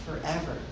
forever